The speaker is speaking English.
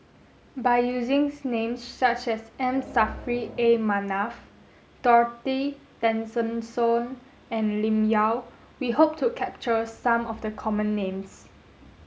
by using names such as M Saffri A Manaf Dorothy Tessensohn and Lim Yau we hope to capture some of the common names